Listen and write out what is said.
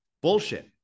bullshit